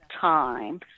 time